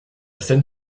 scène